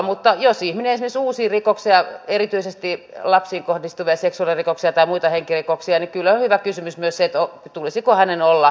mutta jos ihminen esimerkiksi uusii rikoksen ja erityisesti lapsiin kohdistuvia seksuaalirikoksia tai muita henkirikoksia niin kyllä on hyvä kysymys myös se että tulisiko hänen olla jossakin hoitolaitoksessa